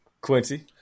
Quincy